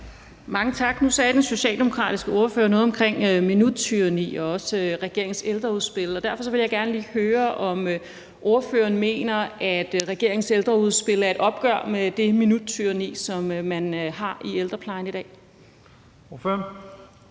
Mange tak. Nu sagde den socialdemokratiske ordfører noget om minuttyranni og også regeringens ældreudspil. Derfor vil jeg gerne lige høre, om ordføreren mener, at regeringens ældreudspil er et opgør med det minuttyranni, som man har i ældreplejen i dag.